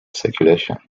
circulation